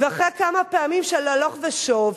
ואחרי כמה פעמים של הלוך ושוב,